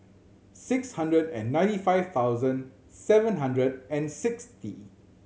six hundred and ninety five thousand seven hundred and sixty